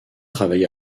travaillé